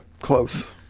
Close